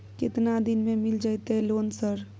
केतना दिन में मिल जयते लोन सर?